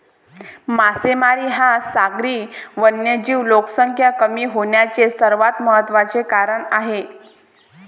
मासेमारी हा सागरी वन्यजीव लोकसंख्या कमी होण्याचे सर्वात महत्त्वाचे कारण आहे